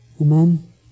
Amen